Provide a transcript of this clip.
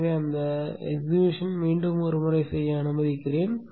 எனவே அந்த செயல்பாட்டை மீண்டும் ஒருமுறை செய்ய அனுமதிக்கிறேன்